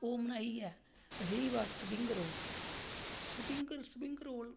ओह् बनाइयै रेही बस स्प्रिंग रौल स्प्रिंग रोल